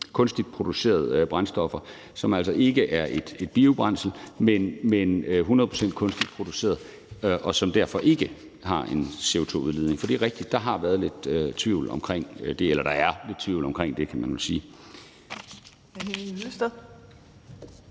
kunstigt producerede brændstoffer, som altså ikke er et biobrændsel, men 100 pct. kunstigt produceret, og som derfor ikke har en CO2-udledning. For det er rigtigt, at der har været lidt tvivl om det – eller der er lidt tvivl om det, kan man jo sige. Kl. 12:28 Tredje